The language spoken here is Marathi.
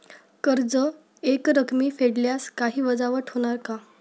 कर्ज एकरकमी फेडल्यास काही वजावट होणार का?